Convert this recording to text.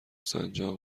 سنجاق